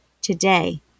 today